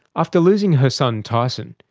after losing her son tyson,